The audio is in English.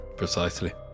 Precisely